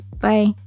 bye